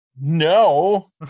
No